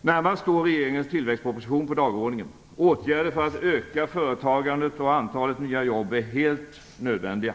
Närmast står regeringens tillväxtproposition på dagordningen. Åtgärder för att öka företagandet och antalet nya jobb är helt nödvändiga.